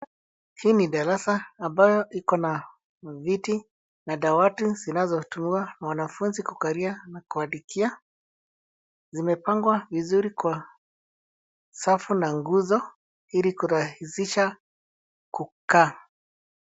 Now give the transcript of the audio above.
Hii ni darasa ambayo iko na viti na dawati zinazotumiwa mwanafunzi kukalia na kuandikia. Zimepangwa vizuri kwa safu na nguzo ili kurahisisha kukaa.